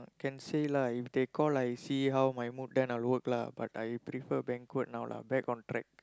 can say lah if they call like see how my mood then I work lah but I prefer banquet now lah back on track